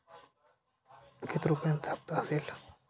किती रुपयांचा हप्ता असेल?